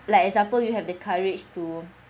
like example you have the courage to